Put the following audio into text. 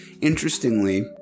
interestingly